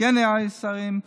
סגני השרים,